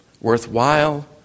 worthwhile